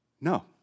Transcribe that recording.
No